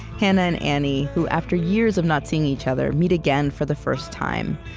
hannah and annie, who after years of not seeing each other, meet again for the first time.